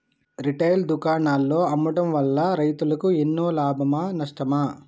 Retail దుకాణాల్లో అమ్మడం వల్ల రైతులకు ఎన్నో లాభమా నష్టమా?